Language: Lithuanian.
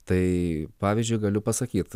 tai pavyzdžiui galiu pasakyt